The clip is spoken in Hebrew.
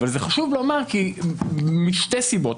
חשוב לומר את זה משתי סיבות.